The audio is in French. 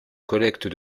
collecte